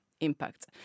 impact